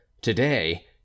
Today